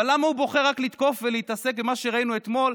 אבל למה הוא בוחר רק לתקוף ולהתעסק במה שראינו אתמול,